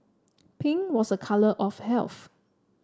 pink was a colour of health